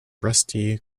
rusty